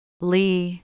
Lee